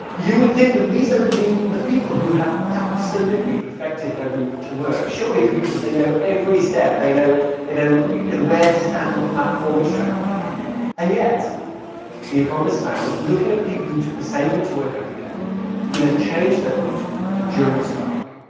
you would think that these are the the people who have absolutely perfected their route to work. surely commuters, they know every step. they know they know you know where to stand on the platform, which track and yet the economists found, looking at the people who took the same route to work every day who then changed their route during the strike,